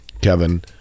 Kevin